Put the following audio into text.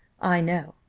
i know,